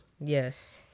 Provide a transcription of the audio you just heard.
Yes